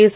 S